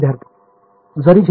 विद्यार्थी जरी 0